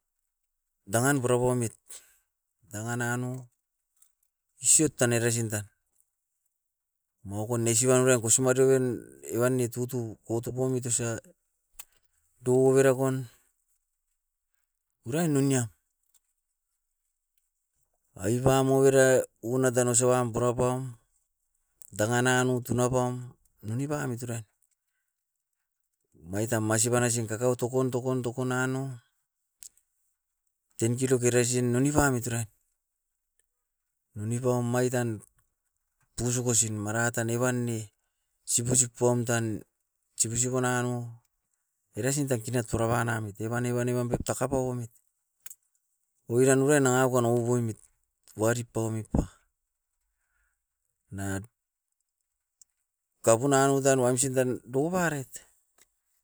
Dangan purapaumit. Dangan nano isiot tan eresin tan moukon neisiban oira kosmario in evan ne tutu kotukumit osa douobera kon uruain noniam, aiba mobira unat anos e wam purapaum dangan nanu tunapaum, namiba miturain. Maitam masiba nesin kakau tokon, tokon, tokon nanou, ten kilok eresin ounipamit erae. Nonipaum omait tan tugusukusin maratan evan ne sipusipoam tan, sibusigo nano erasin tan kinat toraua namit. Evan, evan, evan pep taka pauamit, oiran wan nangakon okoimit. Wari paumipa na kapuanou tan wamsin tan dukuparaiet.